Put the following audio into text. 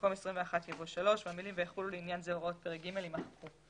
במקום "21" יבוא "3" והמילים "ויחולו לעניין זה הוראות פרק ג'" יימחקו.